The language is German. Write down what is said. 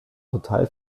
total